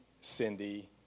Cindy